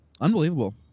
Unbelievable